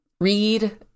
Read